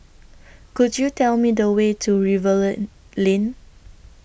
Could YOU Tell Me The Way to Rivervale Lane